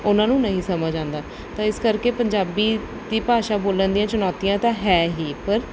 ਉਹਨਾਂ ਨੂੰ ਨਹੀਂ ਸਮਝ ਆਉਂਦਾ ਤਾਂ ਇਸ ਕਰਕੇ ਪੰਜਾਬੀ ਦੀ ਭਾਸ਼ਾ ਬੋਲਣ ਦੀਆਂ ਚੁਣੌਤੀਆਂ ਤਾਂ ਹੈ ਹੀ ਪਰ